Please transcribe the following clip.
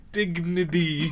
Dignity